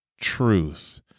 truth